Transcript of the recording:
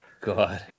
god